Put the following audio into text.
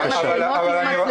הבחירות?